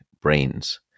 brains